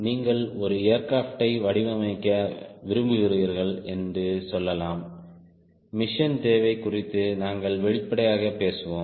நீங்கள் ஒரு ஏர்கிராப்ட் யை வடிவமைக்க விரும்புகிறீர்கள் என்று சொல்லலாம் மிஷன் தேவை குறித்து நாங்கள் வெளிப்படையாக பேசுவோம்